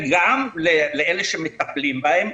וגם לאלה שמטפלים בהם.